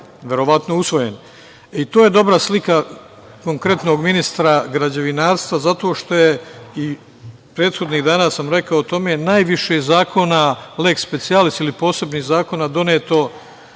verovatno usvojen. To je dobra slika, konkretnog ministra građevinarstva, zato što je, i prethodnih dana sam rekao, o tome je najviše zakona, leks specijalis, ili posebnih zakona doneto